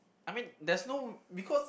I mean there's no because